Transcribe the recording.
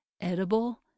edible